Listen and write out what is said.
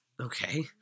Okay